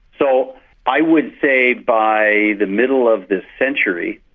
so i would say by the middle of this century,